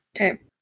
Okay